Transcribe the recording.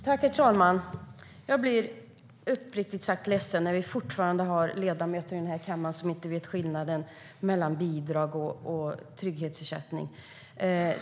Herr talman! Jag blir uppriktigt sagt ledsen när vi fortfarande har ledamöter i den här kammaren som inte vet skillnaden mellan bidrag och trygghetsersättning.